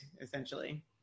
essentially